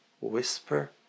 whisper